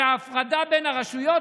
על ההפרדה בין הרשויות?